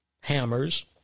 hammers